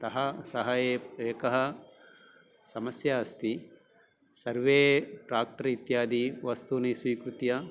अतः सः एकः एका समस्या अस्ति सर्वे ट्राक्टरित्यादिवस्तूनि स्वीकृत्य